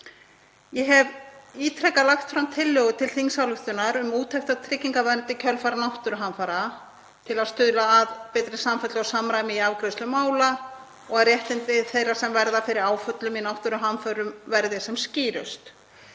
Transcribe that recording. Ég hef ítrekað lagt fram tillögu til þingsályktunar um úttekt á tryggingavernd í kjölfar náttúruhamfara til að stuðla að betri samfellu og samræmi í afgreiðslu mála og að réttindi þeirra sem verða fyrir áföllum í náttúruhamförum verði sem skýrust.